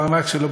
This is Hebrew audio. בארנק שלו,